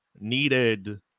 needed